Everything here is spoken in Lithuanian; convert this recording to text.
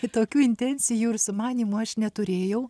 kitokių intencijų ir sumanymų aš neturėjau